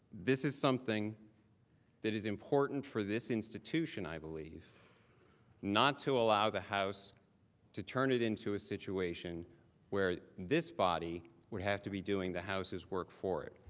this is something that is important for the institution i believe not to allow the house to turn it into a situation where this body would have to be doing the houses work for it.